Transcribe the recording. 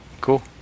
Cool